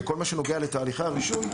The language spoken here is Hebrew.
בכל מה שנוגע לתהליכי הרישוי,